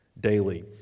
daily